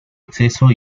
acceso